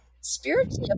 spiritually